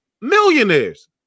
millionaires